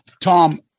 Tom